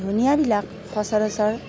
ধনিয়াবিলাক সচৰাচৰ